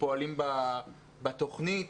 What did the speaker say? שפועלים בתוכנית.